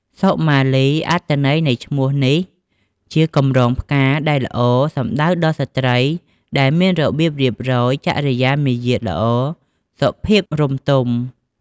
សុមាលី អត្ថន័យនៃឈ្មោះនេះជាកម្រងផ្កាដែលល្អ សំដៅដល់ស្រ្តីដែលមានរបៀបរៀបរយ ចរិយាមាយាទល្អ សុភាពរម្យទម។